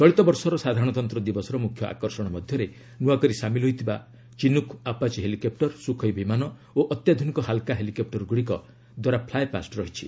ଚଳିତ ବର୍ଷର ସାଧାରଣତନ୍ତ୍ର ଦିବସର ମୁଖ୍ୟ ଆକର୍ଷଣ ମଧ୍ୟରେ ନୂଆକରି ସାମିଲ୍ ହୋଇଥିବା ଚିନ୍କୁକ୍ ଆପାଚି ହେଲିକପୁର ସୁଖୋଇ ବିମାନ ଓ ଅତ୍ୟାଧୁନିକ ହାଲ୍କା ହେଲିକପ୍ଟରଗୁଡ଼ିକ ଦ୍ୱାରା ଫ୍ଲୁଏ ପାଷ୍ଟ ରହିଛି